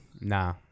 Nah